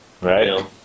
Right